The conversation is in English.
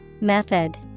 method